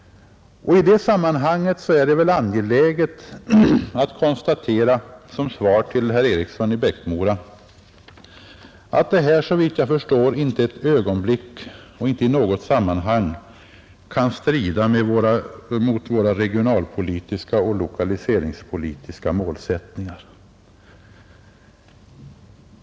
I detta sammanhang är det väl angeläget att, som svar till herr Eriksson i Bäckmora, konstatera att beslutet, såvitt jag förstår, inte ett ögonblick och inte i något sammanhang kan strida mot våra regionalpolitiska och lokaliseringspolitiska målsättningar.